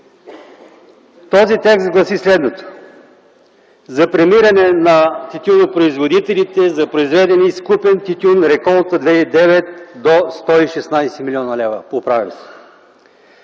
Този текст гласи следното: „За премиране на тютюнопроизводителите за произведен и изкупен тютюн реколта 2009 до 116 млн. лв...” Поправям